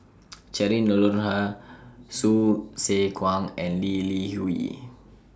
Cheryl Noronha Hsu Tse Kwang and Lee Li Hui